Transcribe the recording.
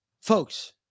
folks